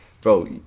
Bro